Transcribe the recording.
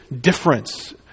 difference